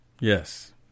Yes